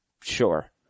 sure